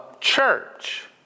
church